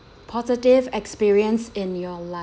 positive experience in your life